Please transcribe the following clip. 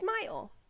smile